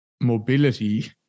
mobility